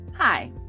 Hi